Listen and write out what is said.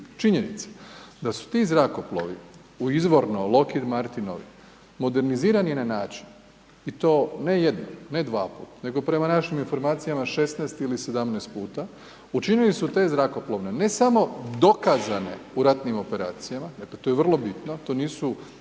Činjenica da su ti zrakoplovi u izvorno lokirmartinovi modernizirani na način i to ne jednom, ne dvaput nego prema našim informacijama 16 ili 17 puta učinili su te zrakoplove ne samo dokazane u ratnim operacijama, dakle to je vrlo bitno, to nisu